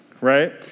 right